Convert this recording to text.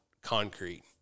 concrete